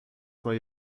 zwei